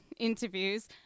interviews